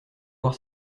voir